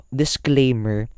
disclaimer